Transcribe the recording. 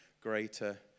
greater